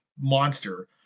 monster